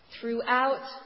Throughout